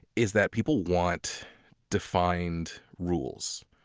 is that people want defined rules.